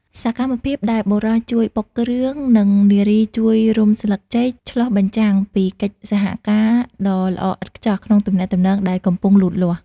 សកម្មភាពដែលបុរសជួយបុកគ្រឿង និងនារីជួយរុំស្លឹកចេក ឆ្លុះបញ្ចាំងពីកិច្ចសហការដ៏ល្អឥតខ្ចោះក្នុងទំនាក់ទំនងដែលកំពុងលូតលាស់។